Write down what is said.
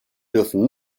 dürfen